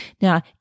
Now